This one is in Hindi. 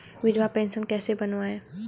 विधवा पेंशन कैसे बनवायें?